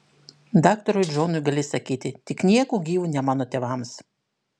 daktarui džonui gali sakyti tik nieku gyvu ne mano tėvams